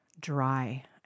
dry